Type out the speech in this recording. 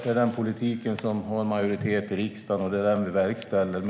Det är den politiken som har majoritet i riksdagen, och det är den vi verkställer.